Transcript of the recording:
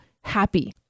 happy